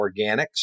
organics